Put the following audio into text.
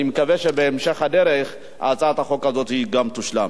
אני מקווה שבהמשך הדרך הצעת החוק הזאת גם תושלם.